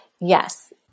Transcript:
Yes